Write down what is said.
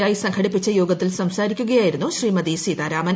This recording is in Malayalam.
ഐ സംഘടിപ്പിച്ച യോഗത്തിൽ സംസാരിക്കുകയായിരുന്നു ശ്രീമതി സീതാരാമൻ